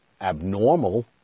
abnormal